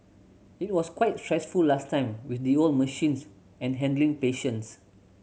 it was quite stressful last time with the old machines and handling patients